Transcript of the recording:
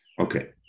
Okay